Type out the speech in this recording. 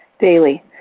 daily